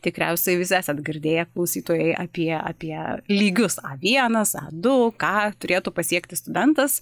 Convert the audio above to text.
tikriausiai visi esat girdėję klausytojai apie apie lygius a vienas du ką turėtų pasiekti studentas